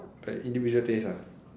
but individual taste lah